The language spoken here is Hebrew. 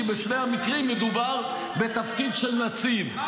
כי בשני המקרים מדובר בתפקיד של נציב.